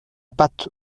pâte